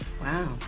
Wow